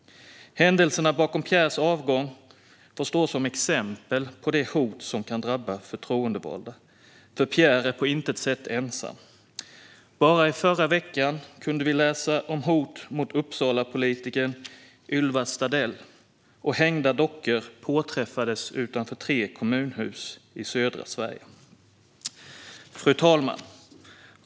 Händelserna bakom Pierres avgång får stå som exempel på de hot som kan drabba förtroendevalda, för Pierre är på intet sätt ensam. Bara i förra veckan kunde vi läsa om hot mot Uppsalapolitikern Ylva Stadell. Och hängda dockor påträffades utanför tre kommunhus i södra Sverige. Fru talman!